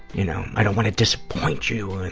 you know i don't want to disappoint you in